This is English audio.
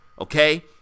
Okay